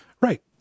Right